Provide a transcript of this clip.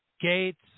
Gates